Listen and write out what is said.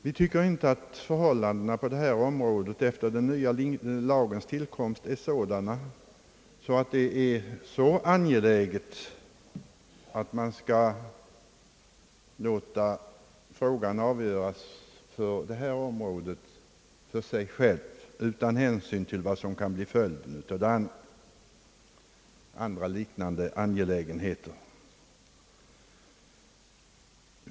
Vi anser inte att förhållandena efter den nya lagens tillkomst är sådana, att det är någon så angelägen sak att av göra frågorna på detta område för sig, utan hänsyn till vad som kan bli följden av den samlade bedömningen beträffande andra liknande angelägenheter.